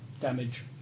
damage